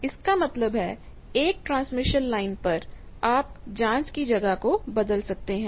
इसका मतलब है एक ट्रांसमिशन लाइन पर आप जांच की जगह को बदल सकते हैं